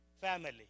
family